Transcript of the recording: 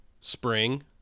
spring